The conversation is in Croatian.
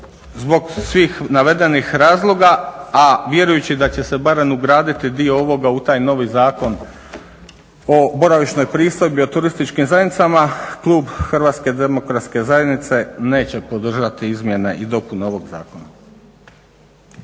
zbog svih navedenih razloga, a vjerujući da će se barem ugraditi dio ovoga u taj novi Zakon o boravišnoj pristojbi u turističkim zajednicama, klub HDZ-a neće podržati izmjene i dopune ovog zakona.